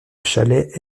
chalais